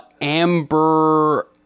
amber